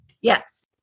Yes